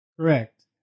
Correct